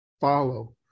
follow